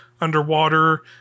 underwater